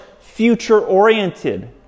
future-oriented